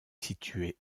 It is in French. situé